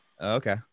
Okay